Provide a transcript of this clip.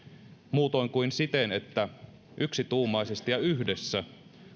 muutoin kuin siten että yksituumaisesti ja yhdessä